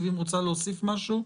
זה לא תמיד היה שליש.